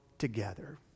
together